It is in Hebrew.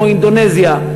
כמו אינדונזיה,